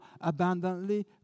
abundantly